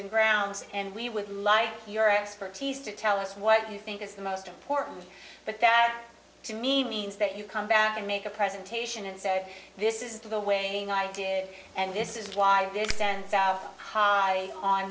and grounds and we would like your expertise to tell us what you think is the most important but that to me means that you come back and make a presentation and say this is the way i did and this is